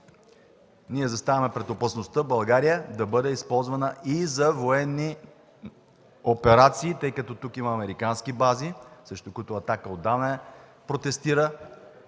ние заставаме пред опасността България да бъде използвана и за военни операции, тъй като тук има американски бази, срещу които „Атака” отдавна протестира,